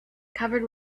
covered